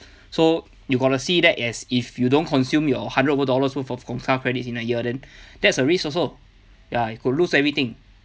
so you got to see that as if you don't consume your hundred over dollars worth of gong cha credits in a year then that's a risk also ya you could lose everything